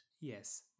Yes